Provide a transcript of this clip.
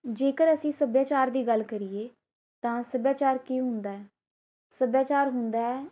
ਜੇਕਰ ਅਸੀਂ ਸੱਭਿਆਚਾਰ ਦੀ ਗੱਲ ਕਰੀਏ ਤਾਂ ਸੱਭਿਆਚਾਰ ਕੀ ਹੁੰਦਾ ਸੱਭਿਆਚਾਰ ਹੁੰਦਾ